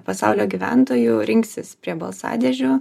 pasaulio gyventojų rinksis prie balsadėžių